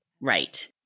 Right